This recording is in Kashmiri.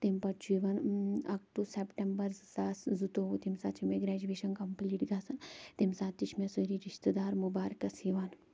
تَمہِ پَتہٕ چھُ یِوان اَپ ٹُو سپتمبر زٕ ساس زٕتووُہ تَمہِ ساتہٕ چھِ مےٚ گرٛیجویشَن کَمپُلیٖٹ گَژھان تَمہِ ساتہٕ تہِ چھِ مےٚ سٲری رِشتہٕ دار مُبارکَس یِوان